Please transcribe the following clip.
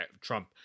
Trump